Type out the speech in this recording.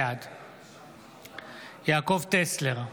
בעד יעקב טסלר,